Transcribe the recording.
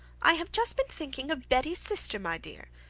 i have just been thinking of betty's sister, my dear.